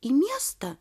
į miestą